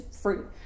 fruit